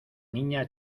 niña